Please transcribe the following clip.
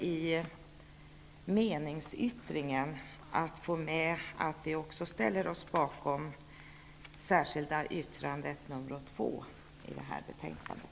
I meningsyttringen glömde jag att få med att vi också ställer oss bakom det särskilda yttrandet nr 2 till det här betänkandet.